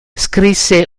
scrisse